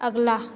अगला